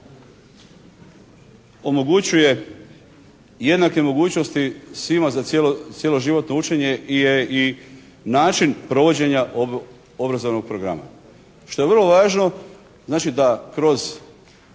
omogućuje jednake mogućnosti svima za cjeloživotno učenje je i način provođenja obrazovnog programa što je vrlo važno znači da kroz